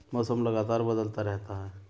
मौसम लगातार बदलता रहता है